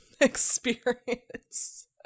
experience